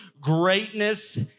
greatness